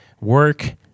work